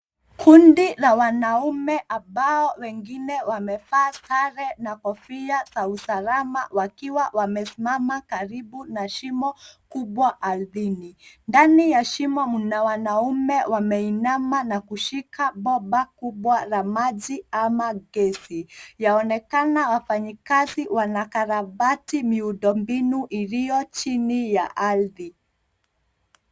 Kundi la wanaume ambao wengine wamevaa sare na kofia za usalama wakiwa wamesimama karibu na shimo kubwa ardhini. Ndani ya shimo mna wanaume wameinama na kushika baba kubwa la maji ama gesi. Yaonekana wafanyikazi wanakarabati miundombinu iliyo chini ya ardhi.